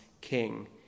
king